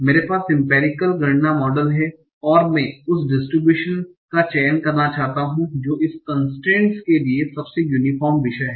मेरे पास इंपेरिकल गणना मॉडल है और मैं उस डिस्ट्रिब्यूशन का चयन करना चाहता हूं जो इस कन्स्ट्रेन्ट के लिए सबसे यूनीफोर्म विषय है